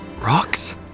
rocks